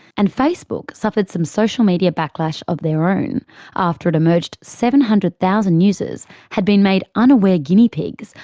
and facebook suffered some social media backlash of their own after it emerged seven hundred thousand users had been made unaware guinea pigs,